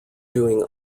doing